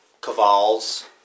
Caval's